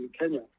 Kenya